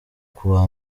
kuwa